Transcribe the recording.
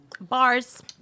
Bars